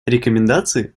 рекомендации